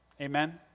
Amen